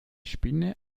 spinne